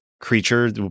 creature